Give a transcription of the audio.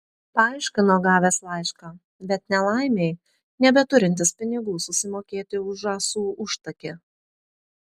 paaiškino gavęs laišką bet nelaimei nebeturintis pinigų susimokėti už žąsų užtakį